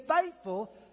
faithful